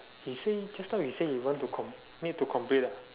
she say just now we say we want to com~ need to complete right